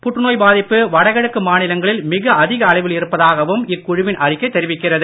புற்றுநோய் பாதிப்பு வடகிழக்கு மாநிலங்களில் மிக அதிக அளவில் இருப்பதாகவும் இக்குழுவின் அறிக்கை தெரிவிக்கிறது